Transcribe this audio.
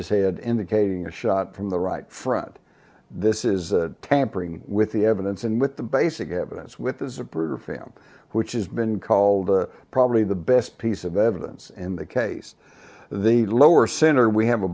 his head indicating a shot from the right front this is tampering with the evidence and with the basic evidence with the zapruder film which has been called probably the best piece of evidence in the case the lower center we have a